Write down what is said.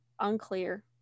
Unclear